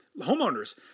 Homeowners